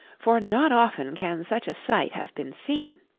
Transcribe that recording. for not often can such a sight have been seen.